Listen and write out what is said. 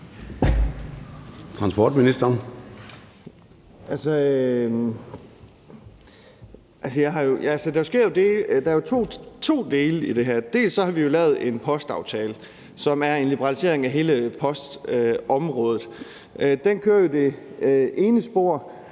Transportministeren (Thomas Danielsen): Der er to dele i det her. Vi har jo lavet en postaftale, som er en liberalisering af hele postområdet. Den kører i det ene spor,